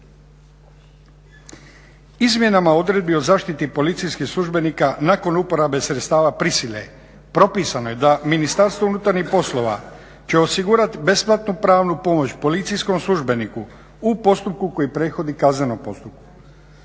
Izmjenama odredbi o zaštiti policijskih službenika nakon uporabe sredstava prisile propisano je da Ministarstvo unutarnjih poslova će osigurat pravnu pomoć policijskom službeniku u postupku koji prethodi kaznenom postupku,